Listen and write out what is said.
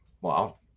Wow